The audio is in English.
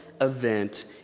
event